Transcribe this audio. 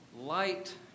light